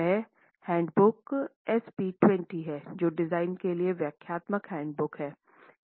वह handbook SP 20 है जो डिजाइन के लिए व्याख्यात्मक हैंडबुक है